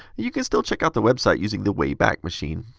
you can still check out the website using the way-back machine.